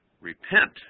Repent